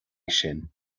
sin